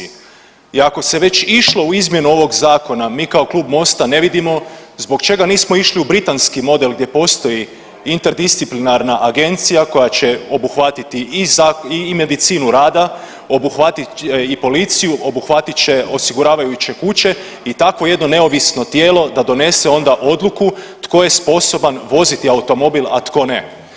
I ako se već išlo u izmjenu ovog zakona mi kao Klub MOST-a ne vidimo zbog čega nismo išli u britanski model gdje postoji interdisciplinarna agencija koja će obuhvatiti i medicinu rada, obuhvatiti i policiju, obuhvatit će osiguravajuće kuće i tako jedno neovisno tijelo da donese onda odluku tko je sposoban voziti automobil, a tko ne.